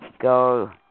go